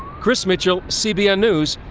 chris mitchell, cbn news,